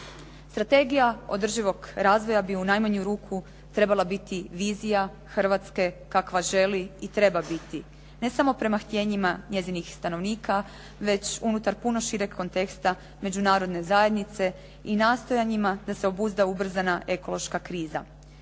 Strategija održivog razvoja bi u najmanju ruku trebala biti vizija Hrvatske kakva želi i treba biti. Ne samo prema htjenjima njezinih stanovnika, već unutar puno šireg kontekst međunarodne zajednice i nastojanjima da se obuzda ubrzana ekološka kriza.